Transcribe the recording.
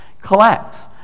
collects